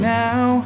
now